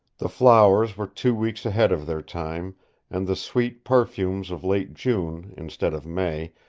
the flowers were two weeks ahead of their time and the sweet perfumes of late june, instead of may,